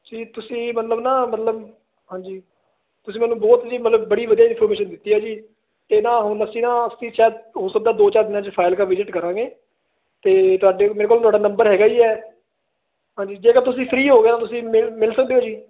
ਜੀ ਤੁਸੀਂ ਮਤਲਬ ਨਾ ਮਤਲਬ ਹਾਂਜੀ ਤੁਸੀਂ ਮੈਨੂੰ ਬਹੁਤ ਜੀ ਮਤਲਬ ਬੜੀ ਵਧੀਆ ਇਨਫੋਰਮੇਸ਼ਨ ਦਿੱਤੀ ਆ ਜੀ ਇਹ ਨਾ ਹੁਣ ਅਸੀਂ ਨਾ ਅਸੀਂ ਸ਼ਾਇਦ ਹੋ ਸਕਦਾ ਦੋ ਚਾਰ ਦਿਨਾਂ 'ਚ ਫਾਜ਼ਿਲਕਾ ਵਿਜਿਟ ਕਰਾਂਗੇ ਅਤੇ ਤੁਹਾਡੇ ਮੇਰੇ ਕੋਲ ਤੁਹਾਡਾ ਨੰਬਰ ਹੈਗਾ ਹੀ ਹੈ ਹਾਂਜੀ ਜੇਕਰ ਤੁਸੀਂ ਫਰੀ ਹੋ ਗਏ ਹੋ ਤੁਸੀਂ ਮਿਲ ਮਿਲ ਸਕਦੇ ਹੋ ਜੀ